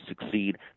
succeed